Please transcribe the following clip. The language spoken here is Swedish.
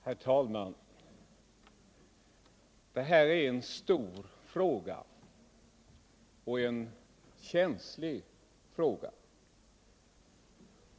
Herr talman! Det här är en stor och känslig fråga.